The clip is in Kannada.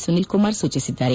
ಸುನೀಲ್ ಕುಮಾರ್ ಸೂಚಿಸಿದ್ದಾರೆ